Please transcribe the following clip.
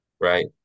right